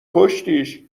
کشتیش